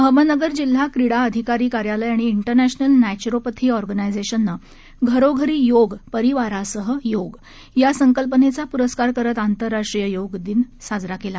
अहमदनगर जिल्हा क्रिडा अधिकारी कार्यालय आणि इंटरनध्विल नस्त्रीपध्वी ऑर्गनायझेशने घरोघरी योग परिवारासह योगा या संकल्पनेचा पुरस्कार करत आंतरराष्ट्रीय योग दिन साजरा केला